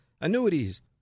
annuities